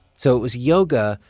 so it was yoga,